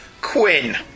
Quinn